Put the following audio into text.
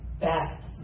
bats